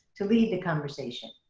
to lead the conversation.